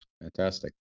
Fantastic